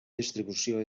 distribució